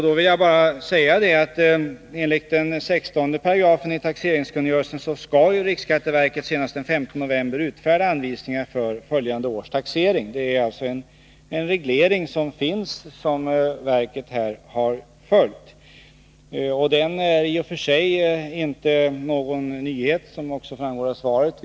Då vill jag bara säga att riksskatteverket enligt 16 § i taxeringskungörelsen skall senast den 15 november utfärda anvisningar för följande års taxering. Det är en reglering som finns och som verket här har följt. Denna reglering är i och för sig inte någon nyhet, vilket också framgår av svaret.